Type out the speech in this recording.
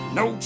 no